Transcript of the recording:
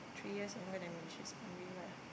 three years younger than me she's primary what ah